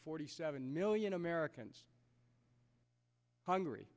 forty seven million americans hungry